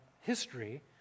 history